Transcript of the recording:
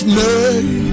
name